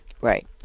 Right